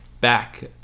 back